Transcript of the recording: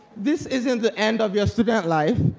this isn't the end of your student life,